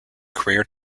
career